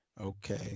Okay